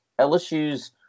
LSU's